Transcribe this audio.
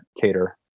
cater